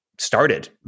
Started